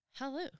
Hello